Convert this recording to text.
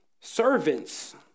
Servants